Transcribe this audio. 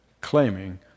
claiming